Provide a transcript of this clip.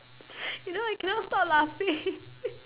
you know I cannot stop laughing